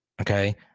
Okay